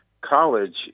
college